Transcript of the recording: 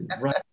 right